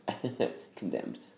condemned